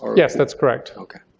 yes, that's correct. okay.